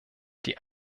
die